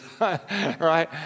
Right